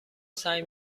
سعی